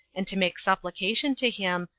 and to make supplication to him,